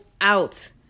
out